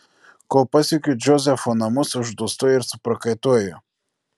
kol pasiekiu džozefo namus uždūstu ir suprakaituoju